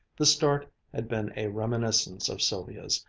the start had been a reminiscence of sylvia's,